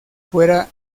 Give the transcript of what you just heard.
fuera